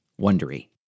Wondery